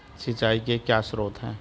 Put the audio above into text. सिंचाई के क्या स्रोत हैं?